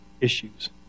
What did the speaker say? issues